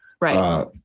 right